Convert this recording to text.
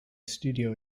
studio